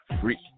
free